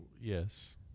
Yes